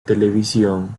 televisión